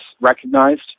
recognized